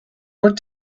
what